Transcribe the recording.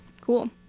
Cool